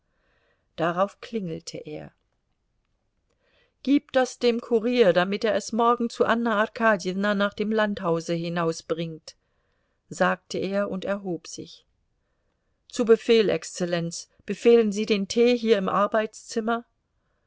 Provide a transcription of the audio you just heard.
darauf klingelte er gib das dem kurier damit er es morgen zu anna arkadjewna nach dem landhause hinausbringt sagte er und erhob sich zu befehl exzellenz befehlen sie den tee hier im arbeitszimmer